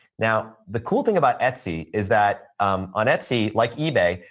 now, the cool thing about etsy is that on etsy, like ebay,